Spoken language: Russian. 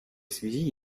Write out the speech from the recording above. связи